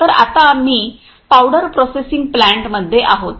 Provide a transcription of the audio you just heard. तर आत्ता आम्ही पावडर प्रोसेसिंग प्लांटमध्ये आहोत